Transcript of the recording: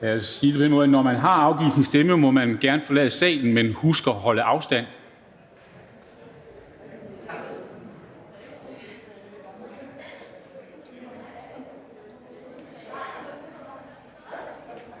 Når man har afgivet sin stemme, må man gerne forlade salen, men husk at holde afstand.